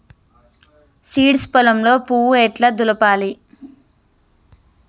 Seeds పొలంలో పువ్వు ఎట్లా దులపాలి?